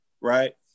right